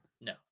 no